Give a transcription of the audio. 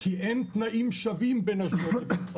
כי אין תנאים שווים בין אשדוד לבין חיפה.